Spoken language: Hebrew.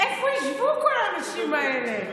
איפה ישבו כל האנשים האלה?